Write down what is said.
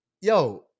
yo